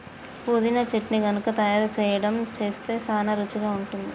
పుదీనా చట్నీ గనుక తయారు సేయడం అస్తే సానా రుచిగా ఉంటుంది